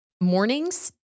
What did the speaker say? mornings